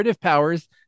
powers